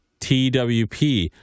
TWP